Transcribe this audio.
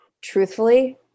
Truthfully